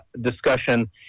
discussion